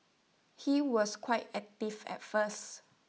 he was quite active at first